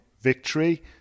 victory